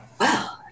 Wow